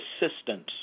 assistance